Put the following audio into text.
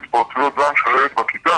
בהתפרצויות זעם של הילד בכיתה